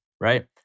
Right